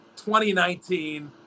2019